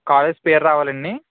college పేరు రావాలండీ